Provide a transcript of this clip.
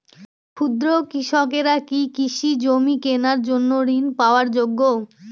ক্ষুদ্র কৃষকরা কি কৃষি জমি কেনার জন্য ঋণ পাওয়ার যোগ্য?